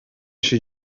się